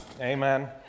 Amen